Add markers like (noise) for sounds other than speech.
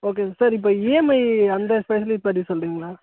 okay sir இப்போ EMI அந்த (unintelligible) பற்றி சொல்கிறீங்களா